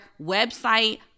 website